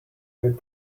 would